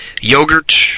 yogurt